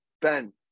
Ben